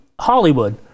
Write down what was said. hollywood